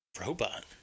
Robot